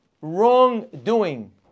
wrongdoing